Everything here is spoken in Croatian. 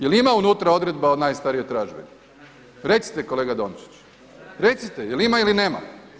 Jel ima unutra odredba o najstarijoj tražbini recite kolega Dončić, recite jel ima ili nema?